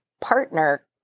partner